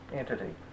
entity